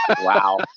Wow